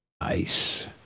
Nice